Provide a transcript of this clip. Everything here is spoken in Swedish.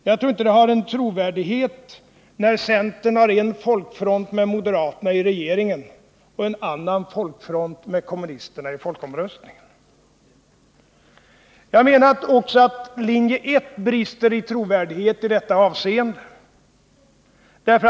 Jag tror inte att det inger trovärdighet när centern har en folkfront med moderaterna i regering och en annan folkfront med kommunisterna inför Också linje 1 brister i detta avseende i trovärdighet.